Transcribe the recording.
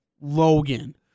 Logan